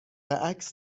عکس